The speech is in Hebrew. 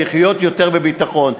לחיות יותר בביטחון.